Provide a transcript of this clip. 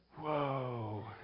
whoa